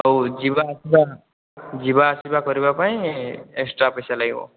ଆଉ ଯିବା ଆସିବା ଯିବା ଆସିବା କରିବା ପାଇଁ ଏକ୍ସଟ୍ରା ପଇସା ଲାଗିବ